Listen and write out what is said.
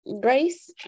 Grace